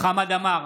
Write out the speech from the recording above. חמד עמאר,